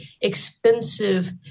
expensive